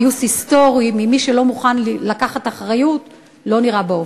פיוס היסטורי עם מי שלא מוכן לקחת אחריות לא נראה באופק.